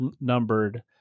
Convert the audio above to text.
numbered